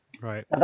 Right